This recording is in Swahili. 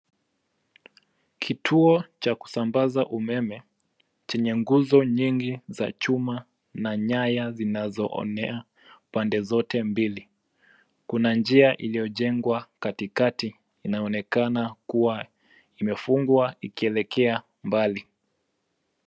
Kituo cha kusambaza umeme chenye nguzo nyingi za chuma na nyaya zinazoonea ande zote mbili. Kuna njia iliyojengwa katikati inaonekana kua imefungwa ikielekea mbali.